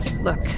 Look